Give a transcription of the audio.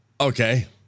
Okay